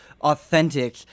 authentic